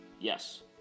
Yes